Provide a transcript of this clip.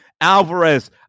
Alvarez